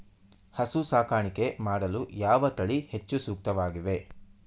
ಹಸು ಸಾಕಾಣಿಕೆ ಮಾಡಲು ಯಾವ ತಳಿ ಹೆಚ್ಚು ಸೂಕ್ತವಾಗಿವೆ?